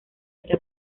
esta